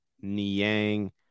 Niang